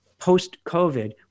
post-COVID